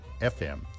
FM